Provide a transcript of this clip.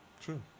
True